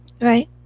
Right